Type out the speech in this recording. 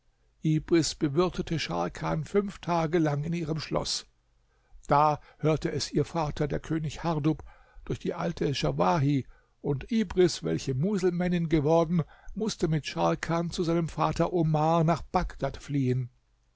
bewirtete scharkan fünf tage lang in ihrem schloß da hörte es ihr vater der könig hardub durch die alte schawahi und ibris welche muselmännin geworden mußte mit scharkan zu seinem vater omar nach bagdad fliehen